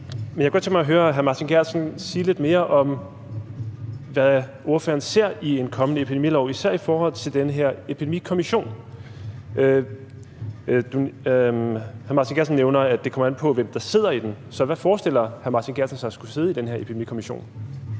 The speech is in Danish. Men jeg kunne godt tænke mig at høre hr. Martin Geertsen sige lidt mere om, hvad han ser i en kommende epidemilov, især i forhold til den her epidemikommission. Hr. Martin Geertsen nævner, at det kommer an på, hvem der sidder i den. Så hvem forestiller hr. Martin Geertsen sig skulle sidde i den her epidemikommission?